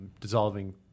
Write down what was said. dissolving